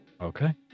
okay